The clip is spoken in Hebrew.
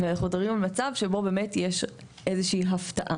ואנחנו מדברים על מצב שבו באמת יש איזו שהיא הפתעה.